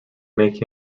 making